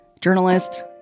journalist